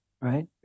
Right